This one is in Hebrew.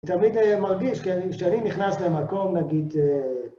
תמיד מרגיש כשאני נכנס למקום, נגיד...